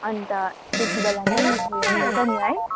अन्त त्यति बेला नै ऊ यो मिल्छ नि है